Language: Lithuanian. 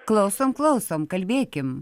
klausom klausom kalbėkim